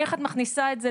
איך את מכניסה את זה,